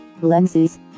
lenses